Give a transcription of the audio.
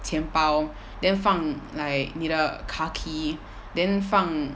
钱包 then 放 like 你的 car key then 放